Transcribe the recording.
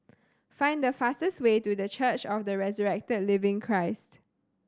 find the fastest way to The Church of the Resurrected Living Christ